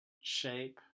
shape